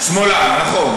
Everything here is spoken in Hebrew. שמאלן, נכון.